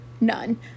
none